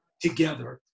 together